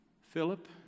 Philip